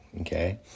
Okay